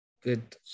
Good